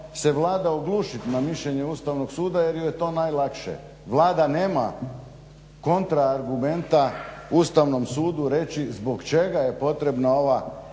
se Vlada oglušiti na mišljenje Ustavnog suda jer joj je to najlakše. Vlada nema kontra argumenta Ustavnom sudu reći zbog čega je potrebna ova